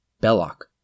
Belloc